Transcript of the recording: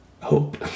hope